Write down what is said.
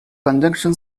conjunction